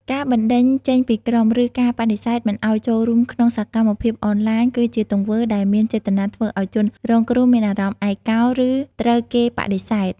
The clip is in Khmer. ការបណ្តេញចេញពីក្រុម ឬការបដិសេធមិនឲ្យចូលរួមក្នុងសកម្មភាពអនឡាញ គឺជាទង្វើដែលមានចេតនាធ្វើឲ្យជនរងគ្រោះមានអារម្មណ៍ ឯកោ ឬត្រូវគេបដិសេធ។